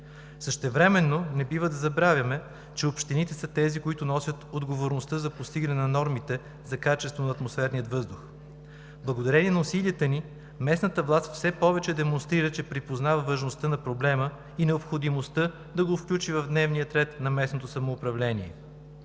Същевременно не бива да забравяме, че общините са тези, които носят отговорността за постигане на нормите за качество на атмосферния въздух. Благодарение на усилията ни местната власт все повече демонстрира, че припознава важността на проблема и необходимостта да го включи в дневния ред на местното самоуправление.